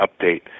update